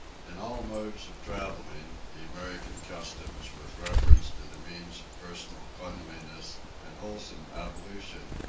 in all modes of travelling, the american customs, with reference to the means of personal cleanliness and wholesome ablution,